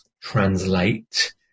translate